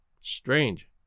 Strange